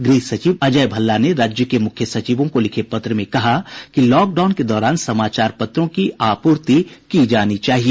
गृह सचिव अजय भल्ला ने राज्य के मुख्य सचिवों को लिखे पत्र में कहा कि लॉकडाउन के दौरान समाचार पत्रों की आपूर्ति की जानी चाहिए